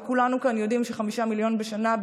וכולנו כאן יודעים ש-5 מיליון בשנה,